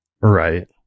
right